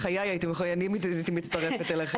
בחיי שאני הייתי מצטרפת אליכם.